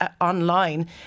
online